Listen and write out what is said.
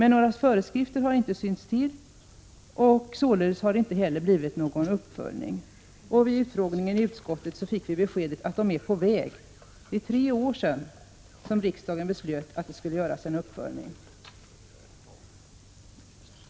Några föreskrifter har emellertid inte synts till, och således har det inte heller blivit någon uppföljning. Vid utfrågningen i utskottet fick vi beskedet att de är på väg. Det är tre år sedan riksdagen beslöt att det skulle göras en uppföljning.